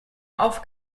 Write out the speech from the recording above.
auf